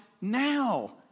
now